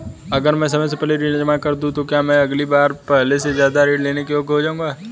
अगर मैं समय से पहले ऋण जमा कर दूं तो क्या मैं अगली बार पहले से ज़्यादा ऋण लेने के योग्य हो जाऊँगा?